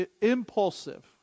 Impulsive